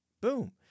boom